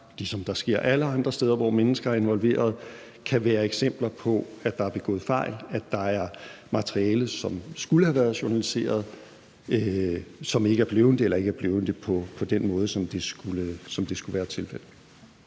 ligesom det sker alle andre steder, hvor mennesker er involveret – kan være eksempler på, at der er begået fejl, at der er materiale, som skulle have været journaliseret, men som ikke er blevet det, eller som ikke er blevet det på den måde, som det skulle have været tilfældet.